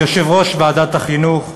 ליושב-ראש ועדת החינוך,